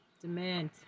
Demand